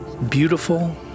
Beautiful